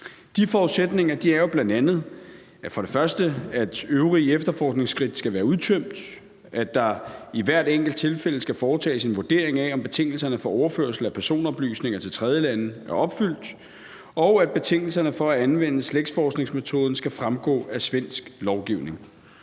De forudsætninger er jo bl.a., at øvrige efterforskningsskridt skal være udtømt, at der i hvert enkelt tilfælde skal foretages en vurdering af, om betingelserne for overførsel af personoplysninger til tredjelande er opfyldt, og at betingelserne for at anvende slægtsforskningsmetoden skal fremgå af svensk lovgivning.